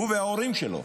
הוא וההורים שלו,